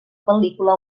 pel·lícula